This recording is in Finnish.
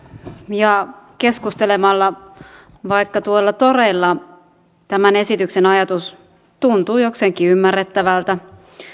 ja keskustelemalla vaikka tuolla toreilla tämän esityksen ajatus tuntuu jokseenkin ymmärrettävältä